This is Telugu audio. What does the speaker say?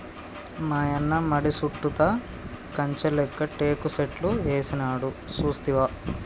మాయన్న మడి సుట్టుతా కంచె లేక్క టేకు సెట్లు ఏసినాడు సూస్తివా